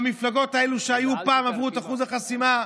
במפלגות האלו שפעם עברו את אחוז החסימה,